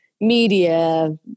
media